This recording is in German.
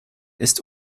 ist